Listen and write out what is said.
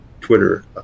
Twitter